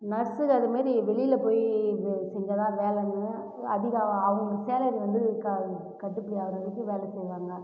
நர்ஸுங்க அதுமாரி வெளியில் போய் இது செஞ்சால் தான் வேலைன்னும் அதிகம் அவங்க சேலரி வந்து க கட்டுப்படி ஆகுதுன்ட்டு வேலை செய்கிறாங்க